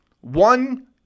one